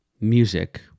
music